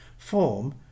Form